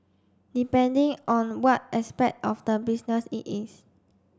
depending on what aspect of the business it is